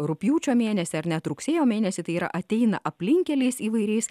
rugpjūčio mėnesį ar net rugsėjo mėnesį tai yra ateina aplinkkeliais įvairiais